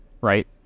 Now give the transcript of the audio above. Right